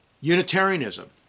Unitarianism